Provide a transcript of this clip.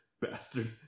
bastards